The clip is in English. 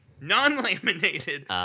non-laminated